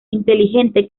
inteligente